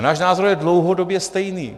A náš názor je dlouhodobě stejný.